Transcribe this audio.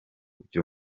byo